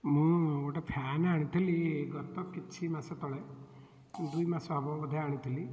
ମୁଁ ଗୋଟେ ଫ୍ୟାନ୍ ଆଣିଥିଲି ଗତ କିଛି ମାସତଳେ ଦୁଇମାସ ହେବ ବୋଧେ ଆଣିଥିଲି